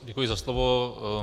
Děkuji za slovo.